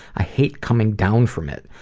i hate coming down from it.